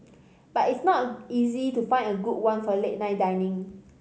but it's not easy to find a good one for late night dining